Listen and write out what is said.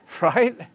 Right